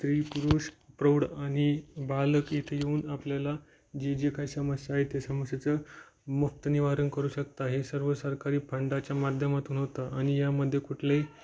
स्त्री पुरुष प्रौढ आणि बालक इथे येऊन आपल्याला जे जे काय समस्या आहे त्या समस्येचं मुफ्त निवारण करू शकता हे सर्व सरकारी फंडाच्या माध्यमातून होतं आणि यामध्ये कुठले